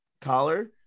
collar